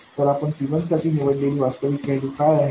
तर आपण C1 साठी निवडलेली वास्तविक वैल्यू काय आहे